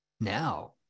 now